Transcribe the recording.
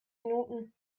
minuten